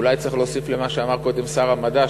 אולי צריך להוסיף למה שאמר קודם שר המדע,